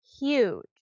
huge